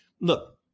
look